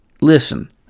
listen